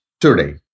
today